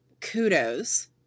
kudos